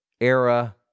era